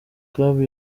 club